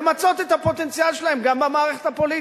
למצות את הפוטנציאל שלהם גם במערכת הפוליטית.